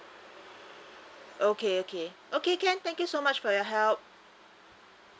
okay okay okay can thank you so much for your help